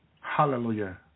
Hallelujah